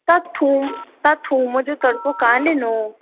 तव्हां थूम तव्हां थूम जो तड़को कान ॾिनो